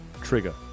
Trigger